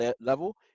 level